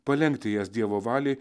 palenkti jas dievo valiai